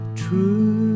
true